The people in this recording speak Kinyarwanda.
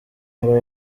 ngo